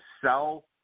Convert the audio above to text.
sell